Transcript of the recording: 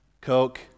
coke